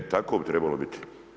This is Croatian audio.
E, tako bi trebalo biti.